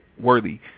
worthy